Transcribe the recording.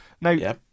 Now